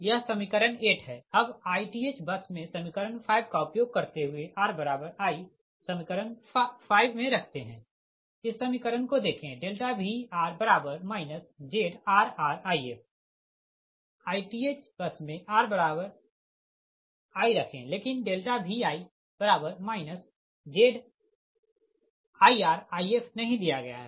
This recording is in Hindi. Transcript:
यह समीकरण 8 है अब ith बस मे समीकरण 5 का उपयोग करते हुए ri समीकरण 5 मे रखते है इस समीकरण को देखें Vr ZrrIf ith बस मे ri रखे लेकिन Vi ZirIf नहीं दिया गया है